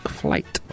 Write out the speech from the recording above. flight